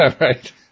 right